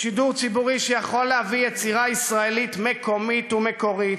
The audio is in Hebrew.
שידור ציבורי שיכול להביא יצירה ישראלית מקומית ומקורית